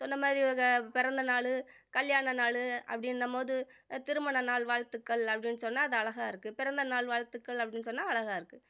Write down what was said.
சொன்ன மாதிரி இவக பிறந்த நாள் கல்யாண நாள் அப்படின்னம் போது திருமண நாள் வாழ்த்துக்கள் அப்படின்னு சொன்னால் அது அழகா இருக்குது பிறந்த நாள் வாழ்த்துக்கள் அப்படின்னு சொன்னால் அழகா இருக்குது